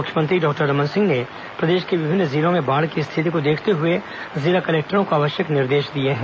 मुख्यमंत्री डॉक्टर रमन सिंह ने प्रदेश के विभिन्न जिलों में बाढ़ की स्थिति को देखते हुए जिला कलेक्टरों को आवश्यक निर्देश दिए हैं